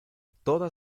toda